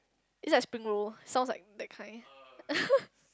it's like spring-roll sounds like that kind